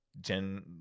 gen